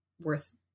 worth